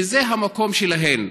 שזה המקום שלהם,